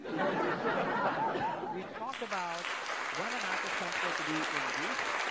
a few slides back, we talked about when an app was considered to be in use.